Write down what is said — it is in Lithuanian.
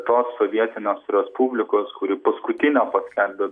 tos sovietinės respublikos kuri paskutinė paskelbė